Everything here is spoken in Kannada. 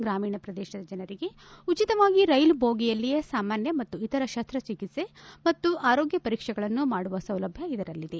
ಗ್ರಾಮೀಣಪ್ರದೇಶ ಜನರಿಗೆ ಉಚಿತವಾಗಿ ರೈಲು ಬೋಗಿಯಲ್ಲೆ ಸಾಮಾನ್ಯ ಮತ್ತು ಇತರ ಶಸ್ತಚಿಕಿತ್ಸೆ ಮತ್ತು ಇತರೆ ಆರೋಗ್ಯ ಪರೀಕ್ಷೆಗಳನ್ನು ಮಾಡುವ ಸೌಲಭ್ಯ ಇದರಲ್ಲಿದೆ